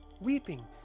weeping